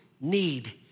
need